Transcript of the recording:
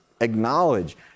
acknowledge